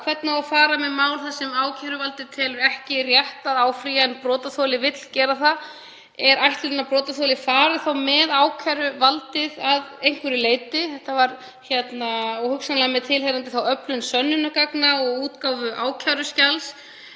hvernig á að fara með mál þar sem ákæruvaldið telur ekki rétt að áfrýja en brotaþoli vill gera það. Er ætlunin að brotaþoli fari þá með ákæruvaldið að einhverju leyti, hugsanlega með tilheyrandi öflun sönnunargagna og útgáfu ákæruskjals?